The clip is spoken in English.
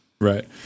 Right